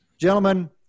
Gentlemen